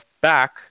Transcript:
back